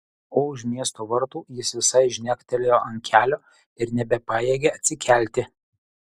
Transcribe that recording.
o už miesto vartų jis visai žnektelėjo ant kelio ir nebepajėgė atsikelti